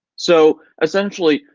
so essentially,